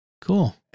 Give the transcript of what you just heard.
Cool